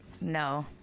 No